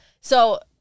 So-